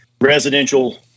residential